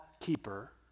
keeper